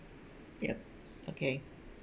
yup okay